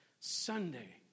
Sunday